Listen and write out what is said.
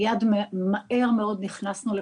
מיד מהר מאוד נכנסנו לפעולה.